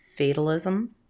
fatalism